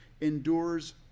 endures